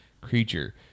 creature